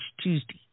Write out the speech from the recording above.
Tuesday